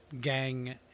gang